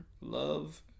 love